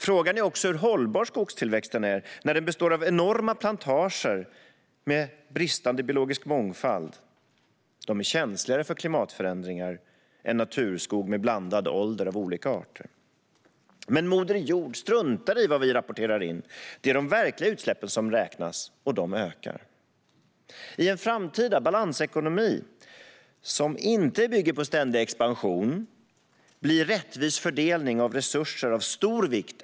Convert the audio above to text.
Frågan är också hur hållbar skogstillväxten är när den består av enorma plantager med bristande biologisk mångfald. De är känsligare för klimatförändringar än naturskog med olika arter av blandad ålder. Men Moder Jord struntar i vad vi rapporterar in. Det är de verkliga utsläppen som räknas, och de ökar. I en framtida balansekonomi som inte bygger på ständig expansion blir rättvis fördelning av resurser av stor vikt.